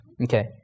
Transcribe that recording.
Okay